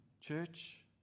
church